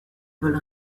vols